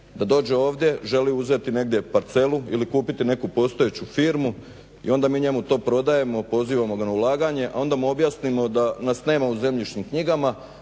da dođe ovdje, želi uzeti negdje parcelu ili kupiti neku postojeću firmu i onda mi njemu to prodajemo, pozivamo ga na ulaganje, a onda mu objasnimo da nas nema u zemljišnim knjigama,